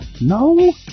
No